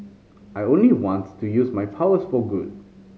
I only want to use my powers for good